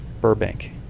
Burbank